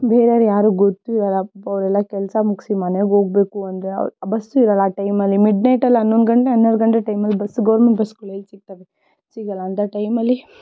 ಬೇರೆಯರ್ಯಾರೂ ಗೊತ್ತೂ ಇರಲ್ಲ ಪಾಪ ಅವರೆಲ್ಲ ಕೆಲಸ ಮುಗಿಸಿ ಮನೆಗೆ ಹೋಗಬೇಕು ಅಂದರೆ ಬಸ್ಸೂ ಇರಲ್ಲ ಆ ಟೈಮಲ್ಲಿ ಮಿಡ್ನೈಟಲ್ಲಿ ಹನ್ನೊಂದು ಗಂಟೆ ಹನ್ನೆರಡು ಗಂಟೆ ಟೈಮಲ್ಲಿ ಬಸ್ ಗವರ್ನ್ಮೆಂಟ್ ಬಸ್ಗಳು ಎಲ್ಲಿ ಸಿಗ್ತವೆ ಸಿಗಲ್ಲ ಅಂಥ ಟೈಮಲ್ಲಿ